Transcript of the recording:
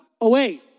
away